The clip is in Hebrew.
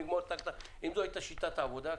נגמור אם זו הייתה שיטת העבודה,